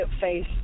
face